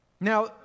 Now